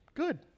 good